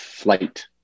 flight